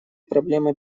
проблемы